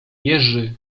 jerzy